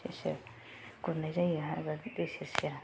सेर सेर गुरनाय जायो दै सेर सेर